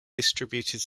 distributed